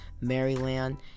Maryland